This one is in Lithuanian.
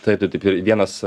taip taip taip vienas